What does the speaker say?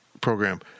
program